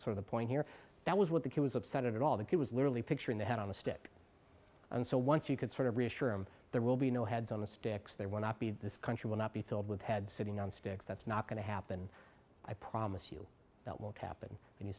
sort of a point here that was what the kid was upset at all that he was literally picturing the head on a stick and so once you could sort of reassure him there will be no heads on the sticks there will not be this country will not be filled with had sitting on sticks that's not going to happen i promise you that won't happen when you